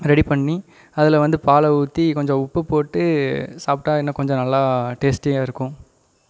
ready பண்ணி அதில் வந்து பாலை ஊற்றி கொஞ்சம் உப்பு போட்டு சாப்பிட்டா இன்னும் கொஞ்சம் நல்லா டேஸ்ட்டியாக இருக்கும்